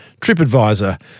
TripAdvisor